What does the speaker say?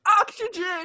oxygen